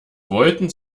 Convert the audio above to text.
wollten